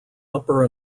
upper